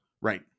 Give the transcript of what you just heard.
Right